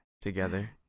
together